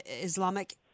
Islamic